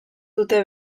dute